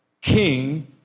king